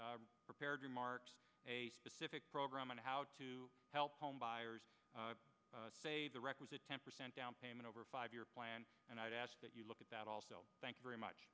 prepared remarks a specific program on how to help homebuyers save the requisite ten percent downpayment over a five year plan and i'd ask that you look at that also thank you very much